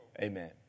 Amen